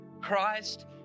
Christ